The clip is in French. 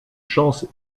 chances